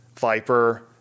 Viper